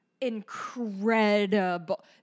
incredible